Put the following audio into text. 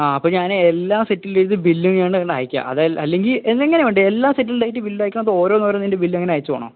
ആ അപ്പം ഞാന് എല്ലാം സെറ്റില് ചെയ്ത് ബില്ല് ഞാൻ അങ്ങോട്ട് അയക്കാം അത് അല്ലെങ്കിൽ എന്നാ എങ്ങനെ വേണ്ടേ എല്ലാം സെറ്റിൽഡ് ആയിട്ട് ബില്ല് അയക്കണോ അത് ഓരോന്ന് ഓരോന്ന് അതിന്റെ ബില്ല് അങ്ങനെ അയച്ച് പോകണോ